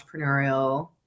entrepreneurial